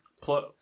Plus